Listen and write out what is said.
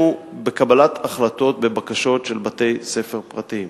בקבלת החלטות ובקשות של בתי-ספר פרטיים.